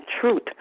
truth